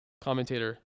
commentator